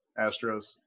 Astros